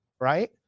right